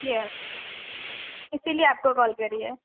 یس اسی لیے آپ کو کال کری ہے